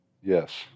Yes